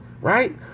right